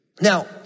Now